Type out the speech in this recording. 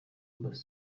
amb